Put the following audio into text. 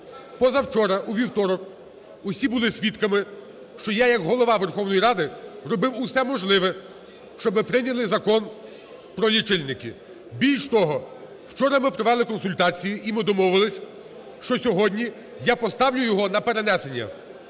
Позавчора, у вівторок, усі були свідками, що я як Голова Верховної Ради робив усе можливе, щоб прийняли закон про лічильники. Більш того, вчора ми провели консультації, і ми домовились, що сьогодні я поставлю його на перенесення.